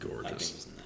gorgeous